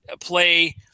play